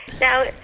Now